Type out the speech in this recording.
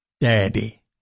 Daddy